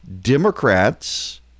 democrats